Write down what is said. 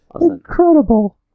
Incredible